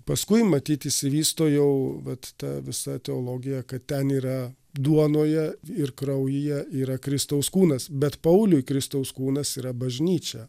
paskui matyt išsivysto jau vat ta visa teologija kad ten yra duonoje ir kraujyje yra kristaus kūnas bet pauliui kristaus kūnas yra bažnyčia